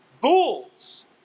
bulls